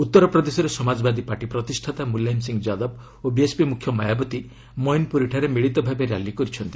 ଉତ୍ତରପ୍ରଦେଶରେ ସମାଜବାଦୀ ପାର୍ଟି ପ୍ରତିଷ୍ଠାତା ମୁଲାୟମ ସିଂହ ଯାଦବ ଓ ବିଏସ୍ପି ମୁଖ୍ୟ ମାୟାବତୀ ମେନ୍ପୁରୀଠାରେ ମିଳିତ ଭାବେ ର୍ୟାଲି କରିଛନ୍ତି